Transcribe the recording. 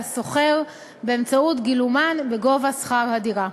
השוכר באמצעות גילומן בגובה שכר הדירה.